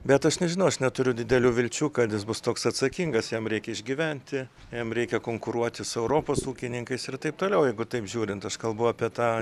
bet aš nežinau aš neturiu didelių vilčių kad jis bus toks atsakingas jam reikia išgyventi jam reikia konkuruoti su europos ūkininkais ir taip toliau jeigu taip žiūrint aš kalbu apie tą